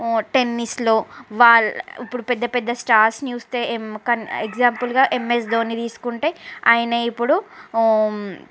టెన్నిస్లో వాళ్ళ ఇప్పుడు పెద్దపెద్ద స్టార్స్ని చూస్తే ఎగ్జాంపుల్గా ఎంఎస్ ధోని తీసుకుంటే ఆయన ఇప్పుడు